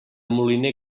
moliner